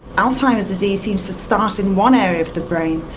alzheimer's disease seems to start in one area of the brain,